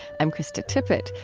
i'm krista tippett.